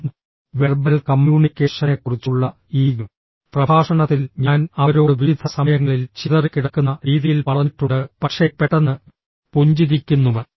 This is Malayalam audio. നോൺ വെർബൽ കമ്മ്യൂണിക്കേഷനെക്കുറിച്ചുള്ള ഈ പ്രഭാഷണത്തിൽ ഞാൻ അവരോട് വിവിധ സമയങ്ങളിൽ ചിതറിക്കിടക്കുന്ന രീതിയിൽ പറഞ്ഞിട്ടുണ്ട് പക്ഷേ പെട്ടെന്ന് പുഞ്ചിരിക്കുന്നു